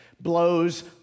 blows